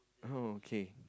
okay